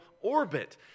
orbit